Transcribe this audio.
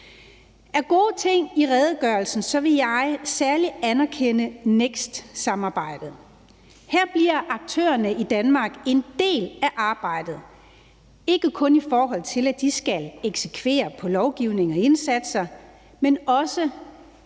Af gode ting i redegørelsen vil jeg særligt anerkende NEKST-samarbejdet. Her bliver aktørerne i Danmark en del af arbejdet; ikke kun i forhold til at de skal eksekvere på lovgivningen med indsatser, men også